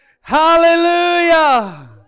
Hallelujah